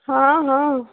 ହଁ ହଁ